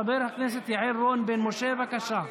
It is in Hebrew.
חברת הכנסת יעל רון בן משה, בבקשה.